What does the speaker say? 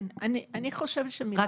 אני חושבת שמילת